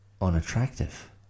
unattractive